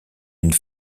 une